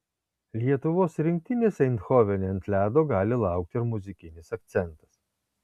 lietuvos rinktinės eindhovene ant ledo gali laukti ir muzikinis akcentas